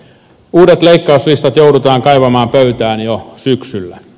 uudet leikkauslistat joudutaan kaivamaan pöytään jo syksyllä